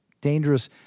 dangerous